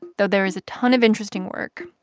though there is a ton of interesting work,